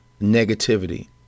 negativity